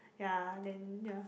ya then ya